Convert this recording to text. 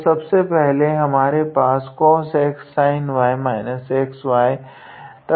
तो सब से पहले हमारे पास cos𝑥sin𝑦−𝑥𝑦 sin𝑥cos है